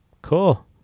Cool